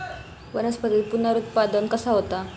वनस्पतीत पुनरुत्पादन कसा होता?